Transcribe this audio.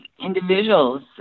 individuals